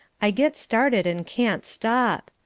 i get started and can't stop.